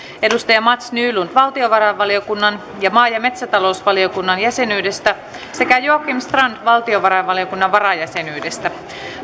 edustaja mats nylund valtiovarainvaliokunnan ja maa ja metsätalousvaliokunnan jäsenyydestä sekä joakim strand valtiovarainvaliokunnan varajäsenyydestä